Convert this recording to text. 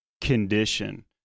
condition